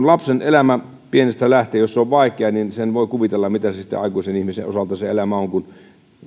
lapsen elämä pienestä lähtien on vaikeaa niin sen voi kuvitella mitä sitten aikuisen ihmisen osalta se elämä on kun